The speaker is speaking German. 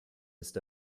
ist